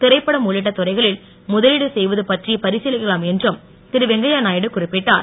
திரைப்படம் உள்ளிட்ட துறைகளில் முதலீடு செய்வது பற்றி பரிசீலிக்கலாம் என்றும் திரு வெங்கையநாயுடு குறிப்பிட்டார்